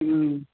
हम्म